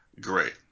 great